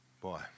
Boy